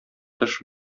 тыш